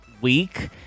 week